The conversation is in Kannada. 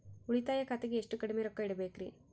ಉಳಿತಾಯ ಖಾತೆಗೆ ಎಷ್ಟು ಕಡಿಮೆ ರೊಕ್ಕ ಇಡಬೇಕರಿ?